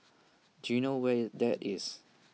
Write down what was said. don you know where is that is